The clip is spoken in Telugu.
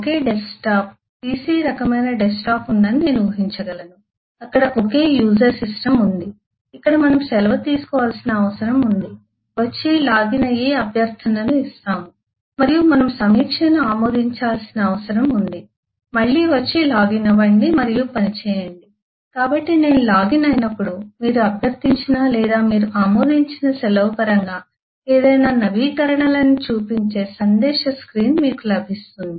ఒకే డెస్క్టాప్ పిసి రకమైన డెస్క్టాప్ ఉందని నేను ఊహించగలను అక్కడ ఒకే యూజర్ సిస్టమ్ ఉంది ఇక్కడ మనము సెలవు తీసుకోవాల్సిన అవసరం ఉంది వచ్చి లాగిన్ అయి అభ్యర్థనను ఇస్తాము మరియు మనము సమీక్షను ఆమోదించాల్సిన అవసరం ఉంది మళ్ళీ వచ్చి లాగిన్ అవ్వండి మరియు పని చేయండి కాబట్టి నేను లాగిన్ అయినప్పుడు మీరు అభ్యర్థించిన లేదా మీరు ఆమోదించిన సెలవు పరంగా ఏదైనా నవీకరణలను చూపించే సందేశ స్క్రీన్ మీకు లభిస్తుంది